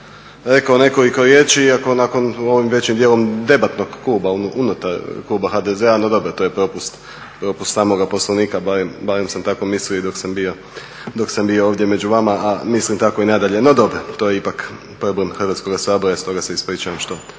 rekao nekoliko riječi iako nakon ovog, većim dijelom debatnog kluba unutar kluba HDZ-a, no dobro, to je propust samoga Poslovnika, barem sam tako mislio dok sam bio ovdje među vama, ali mislim tako i nadalje. No dobro, to je ipak problem Hrvatskoga sabora stoga se ispričavam što